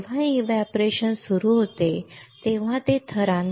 जेव्हा ते एव्हपोरेशन सुरू होते तेव्हा ते थरांवर डिपॉझिट केले जाईल